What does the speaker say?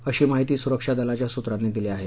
अशी माहिती सुरक्षा दलाच्या सूत्रांनी दिली आहे